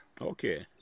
okay